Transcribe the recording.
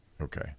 okay